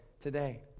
today